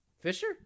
Fisher